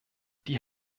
die